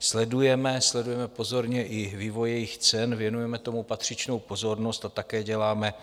Sledujeme pozorně i vývoj jejich cen, věnujeme tomu patřičnou pozornost a také děláme